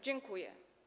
Dziękuję.